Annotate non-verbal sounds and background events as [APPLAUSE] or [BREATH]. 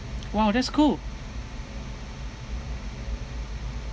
!wow! that's cool [BREATH]